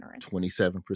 27%